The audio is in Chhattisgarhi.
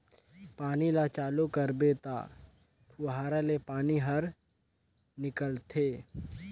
पानी ल चालू करबे त फुहारा ले पानी हर निकलथे